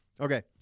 Okay